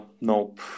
nope